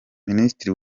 ministri